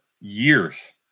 years